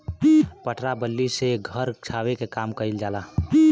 पटरा बल्ली से घर छावे के काम कइल जाला